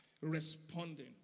responding